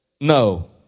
No